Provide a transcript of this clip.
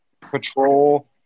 patrol